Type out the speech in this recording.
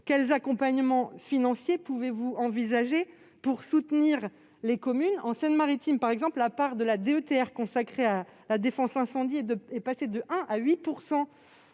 Quels accompagnements financiers pouvez-vous envisager pour soutenir les communes ? En Seine-Maritime par exemple, la part de la DETR consacrée à la défense incendie est passée de 1 %